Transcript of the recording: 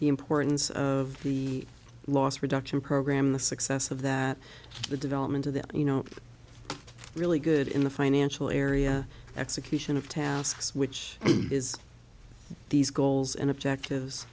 the importance of the loss reduction program the success of that the development of that you know really good in the financial area execution of tasks which is these goals and objective